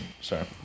sorry